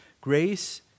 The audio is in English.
Grace